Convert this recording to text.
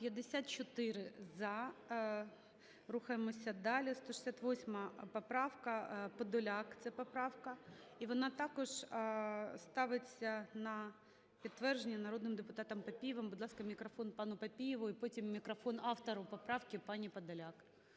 За-54 Рухаємося далі. 168 поправка. Подоляк це поправка, і вона також ставиться на підтвердження народним депутатом Папієвим. Будь ласка, мікрофон пану Папієву. І потім мікрофон автору поправки пані Подоляк.